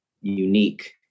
unique